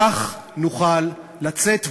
כך נוכל לצאת,